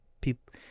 people